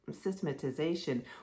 systematization